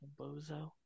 bozo